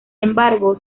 embargo